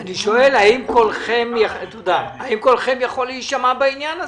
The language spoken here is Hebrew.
אני שואל האם קולכם יכול להישמע בעניין הזה.